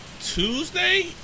Tuesday